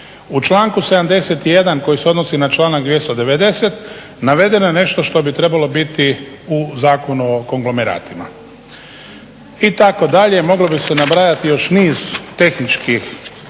U članku 71. koji se odnosi na članak 290. navedeno je nešto što bi trebalo biti u Zakonu o konglomeratima. I tako dalje, moglo bi se nabrajati još niz tehničkih